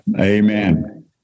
Amen